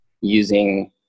using